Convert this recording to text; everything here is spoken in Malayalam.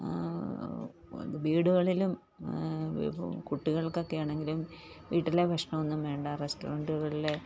വീടുകളിലും കുട്ടികൾക്കെക്കെ ആണെങ്കിലും വീട്ടിലെ ഭക്ഷണം ഒന്നും വേണ്ട റെസ്റ്റോറൻറ്റുകളിലെ